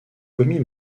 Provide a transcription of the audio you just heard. commis